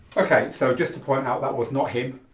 okay so just to point out that was not him,